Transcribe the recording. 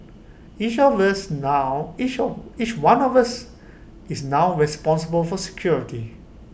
each of us now is A is one of us is now responsible for security